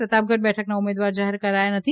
પ્રતાપગઢ બેઠકના ઉમેદવાર જાહેર કરાયા નથી